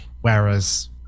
whereas